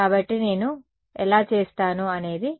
కాబట్టి నేను ఎలా చేస్తాను అనేది మీ ప్రశ్న